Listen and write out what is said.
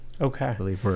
Okay